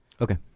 Okay